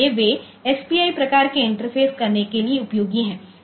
इसलिए वे एसपीआई प्रकार के इंटरफ़ेस करने के लिए उपयोगी हैं